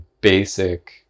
basic